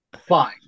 fine